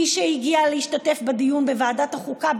מי שהגיע להשתתף בדיון בוועדת החוקה,